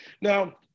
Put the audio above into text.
Now